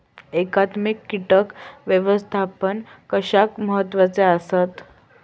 एकात्मिक कीटक व्यवस्थापन कशाक महत्वाचे आसत?